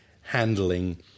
handling